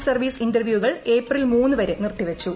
service ഇന്റർവ്യൂകൾ April മൂന്ന് വരെ നിർത്തിവച്ചു